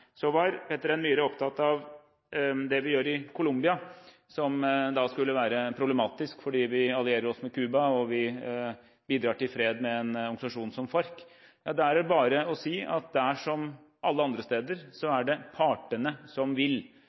Så var Peter N. Myhre opptatt av det vi gjør i Colombia, som skulle være problematisk fordi vi allierer oss med Cuba, og vi bidrar til fred med en organisasjon som FARC. Da er det bare å si at der, som alle andre steder, er det partene som vil.